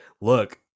look